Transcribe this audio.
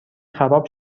خراب